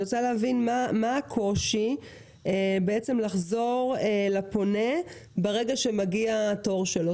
אני רוצה להבין מה הקושי לחזור לפונה ברגע שמגיע התור שלו.